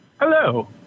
Hello